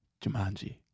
Jumanji